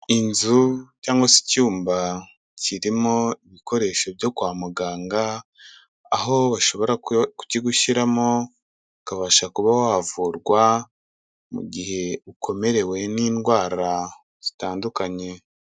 Inzu cyangwa se icyumba kirimo ibikoresho byo kwa muganga, aho kukigushyiramo ukabasha kuba wavurwa mu gihe ukomerewe n'indwara zitandukanye.